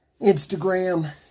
Instagram